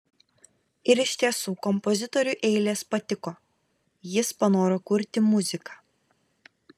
ir iš tiesų kompozitoriui eilės patiko jis panoro kurti muziką